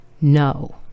no